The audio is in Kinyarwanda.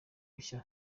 rishya